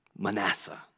Manasseh